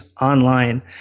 online